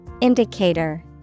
Indicator